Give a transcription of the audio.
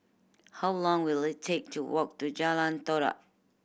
how long will it take to walk to Jalan Todak